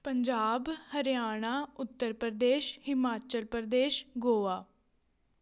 Punjab Haryana Uttar Pradesh Himachal Pradesh Goa